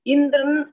Indran